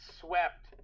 swept